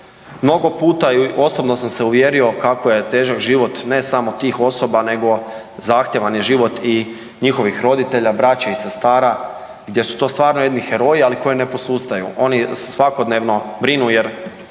mnogo puta i osobno sam se uvjerio kako je težak život ne samo tih osoba, nego zahtjevan je život i njihovih roditelja, braće i sestara gdje su to stvarno jedni heroji, ali koji ne posustaju. Oni svakodnevno brinu jer